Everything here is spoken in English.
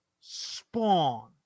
Spawn